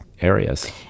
areas